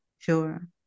Sure